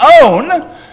own